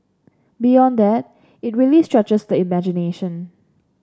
beyond that it really stretches the imagination